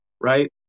right